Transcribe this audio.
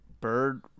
Bird